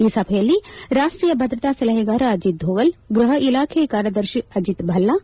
ಈ ಸಭೆಯಲ್ಲಿ ರಾಷ್ಷೀಯ ಭದ್ರತಾ ಸಲಹೆಗಾರ ಅಜಿತ್ ದೋವಲ್ ಗೃಹ ಇಲಾಖೆಯ ಕಾರ್ಯದರ್ತಿ ಅಜಿತ್ ಭಲ್ಲಾ